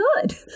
good